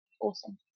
Awesome